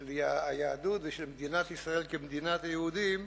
של היהדות ושל מדינת ישראל כמדינת היהודים,